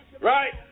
Right